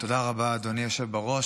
בראש.